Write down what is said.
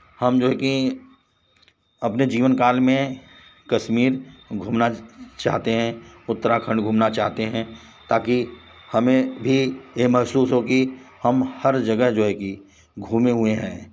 अपने जीवन काल में कश्मीर घूमना चाहते हैं उत्तराखंड घूमना चाहते हैं ताकि हमें भी यह महसूस हो कि हम जगह जो है कि घूमे हुए हैं